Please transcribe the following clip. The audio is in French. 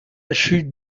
chute